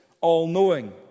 all-knowing